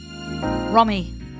Romy